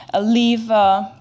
leave